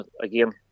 again